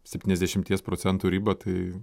septyniasdešimties procentų ribą tai